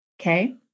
okay